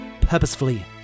purposefully